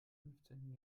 fünfzehnten